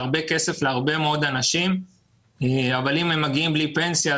זה הרבה כסף להרבה מאוד אנשים אבל אם הם מגיעים בלי פנסיה,